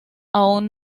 aún